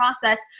process